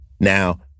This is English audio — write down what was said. Now